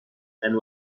and